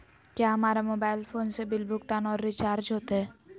क्या हमारा mobile phone से बिल भुगतान और रिचार्ज होते?